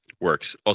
Works